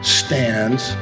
stands